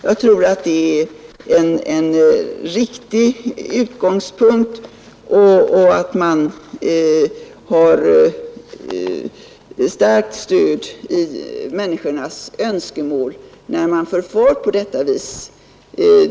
Jag tror att det är en riktig utgångspunkt och att man har starkt stöd i människornas önskemål när man förfar på detta vis.